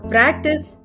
Practice